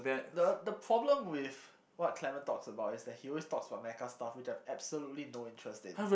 the the problem with what Clement talks about is that he always talks about mecha stuff which I have absolutely no interest in